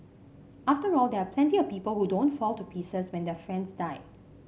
after all there are plenty of people who don't fall to pieces when their friends die